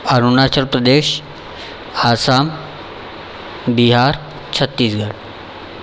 Arunachal Pradesh Assam Bihar Chhattisgarh